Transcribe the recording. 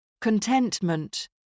contentment